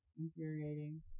infuriating